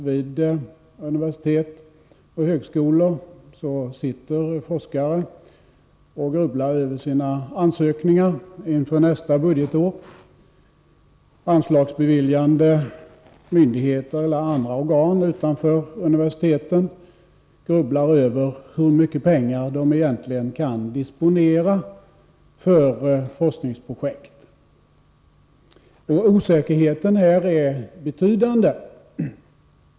Vid universitet och högskolor sitter just nu forskare och grubblar över sina ansökningar inför nästa budgetår. Anslagsbeviljande myndigheter och andra organ utanför universiteten grubblar över hur mycket pengar de egentligen kan disponera för forskningsprojekt. Osäkerheten är betydande.